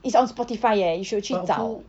it's on Spotify eh you should 去找